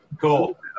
cool